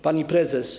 Pani Prezes!